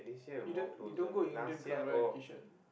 you don't you don't go Indian club right Kishan